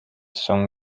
some